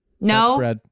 No